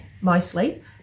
mostly